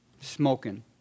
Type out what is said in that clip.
smoking